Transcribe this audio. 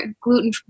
gluten